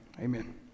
Amen